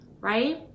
right